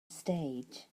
stage